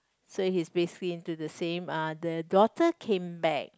so he basically into the same ah daughter came back